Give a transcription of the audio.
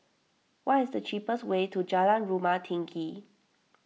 what is the cheapest way to Jalan Rumah Tinggi